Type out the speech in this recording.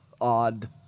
odd